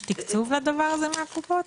יש תקצוב לדבר הזה מהקופות?